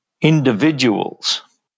individuals